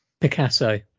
Picasso